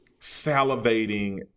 salivating